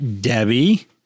Debbie